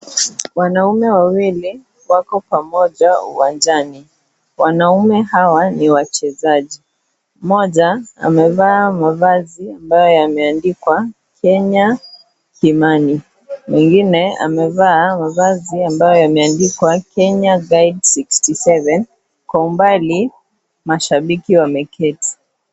Wanaume wawili wako pamoja uwanjani. Wanaume hawa ni wachezaji. Mmoja amevaa mavazi ambayo yameandikwa KENYA KIMANI. Mwingine amevaa mavazi ambayo yameandikwa KENYA GUIDE 67. Kwa umbali, mashabiki wameketi.